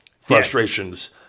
frustrations